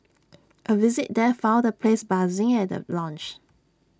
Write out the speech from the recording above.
A visit there found the place buzzing at the launch